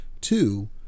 Two